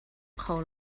kho